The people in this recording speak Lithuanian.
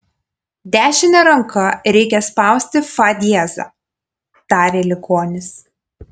dešine ranka reikia spausti fa diezą tarė ligonis